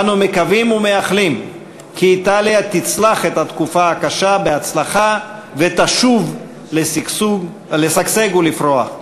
אנו מקווים ומאחלים כי איטליה תצלח את התקופה הקשה ותשוב לשגשג ולפרוח.